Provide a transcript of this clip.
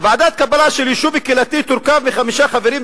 "ועדת קבלה של יישוב קהילתי תורכב מחמישה חברים,